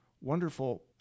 wonderful